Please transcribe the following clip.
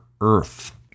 Earth